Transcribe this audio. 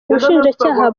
ubushinjacyaha